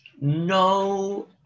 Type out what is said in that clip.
No